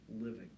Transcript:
living